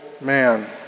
man